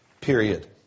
period